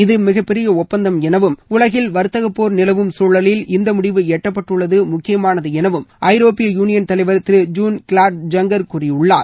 இது மிகப்பெரிய ஒப்பந்தம் எனவும் உலகில் வர்த்தக போர் நிலவும் குழலில் இந்த முடிவு எட்டப்பட்டுள்ளது முக்கியமானது எனவும் ஐரோப்பிய யூனியன் தலைவர் திரு ஜீன் கிளாட் ஐங்கர் கூறியுள்ளார்